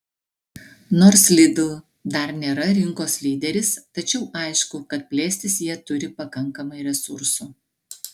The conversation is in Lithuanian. nors lidl dar nėra rinkos lyderis tačiau aišku kad plėstis jie turi pakankamai resursų